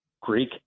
Greek